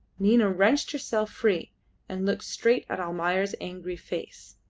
nina wrenched herself free and looked straight at almayer's angry face.